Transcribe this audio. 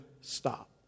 stop